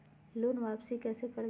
Loan वापसी कैसे करबी?